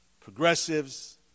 progressives